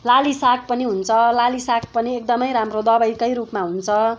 लाली साग पनि हुन्छ लाली साग पनि एकदमै राम्रो दबाईकै रूपमा हुन्छ